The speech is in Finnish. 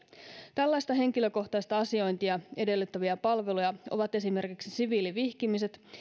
tällaista henkilökohtaista asiointia edellyttäviä palveluja ovat esimerkiksi siviilivihkimiset